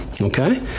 Okay